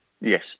Yes